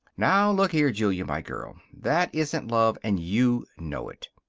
now, look here, julia, my girl. that isn't love, and you know it.